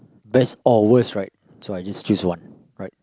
best or worst right so I just choose one